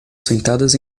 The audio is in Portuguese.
sentadas